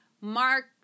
Mark